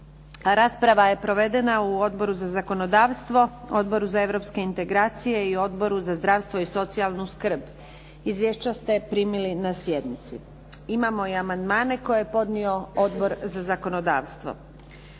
Rasprava je provedena u Odboru za zakonodavstvo, Odboru za europske integracije i Odboru za zdravstvo i socijalnu skrb. Izvješća ste primili na sjednici. Imamo i amandmane koje je podnio Odbor za zakonodavstvo.